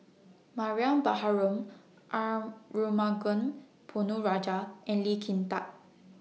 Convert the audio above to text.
Mariam Baharom Arumugam Ponnu Rajah and Lee Kin Tat